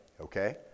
okay